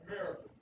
America